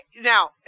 now